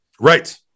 Right